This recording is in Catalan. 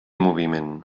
moviment